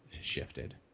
shifted